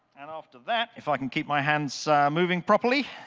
and after that, if i can keep my hands moving properly,